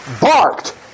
barked